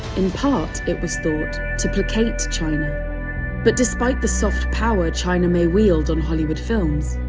in part, it was thought, to placate china but despite the soft power china may wield on hollywood films,